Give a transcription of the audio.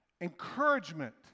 encouragement